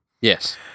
Yes